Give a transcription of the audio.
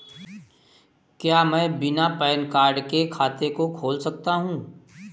क्या मैं बिना पैन कार्ड के खाते को खोल सकता हूँ?